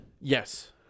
Yes